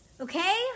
Okay